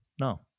No